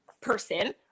person